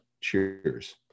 Cheers